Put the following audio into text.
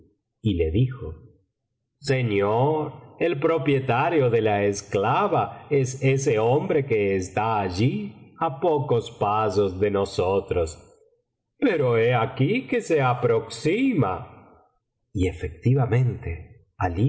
y le dijo señor el propietario de la esclava es ese hombre que está allí á pocos pasos de nosotros pero he aquí que se aproxima y efectivamente